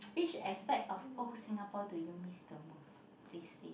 which aspect of old Singapore do you miss the most please say it